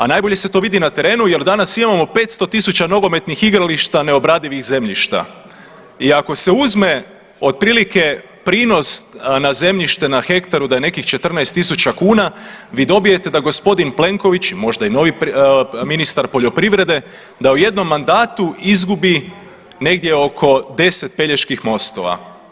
A najbolje se to vidi na terenu jer danas imamo 500 tisuća nogometnih igrališta neobradivih zemljišta i ako se uzme otprilike prinos na zemljište na hektaru da je nekih 14 tisuća kuna vi dobijete da g. Plenković, možda i novi ministar poljoprivrede, da u jednom mandatu izgubi negdje oko 10 Peljeških mostova.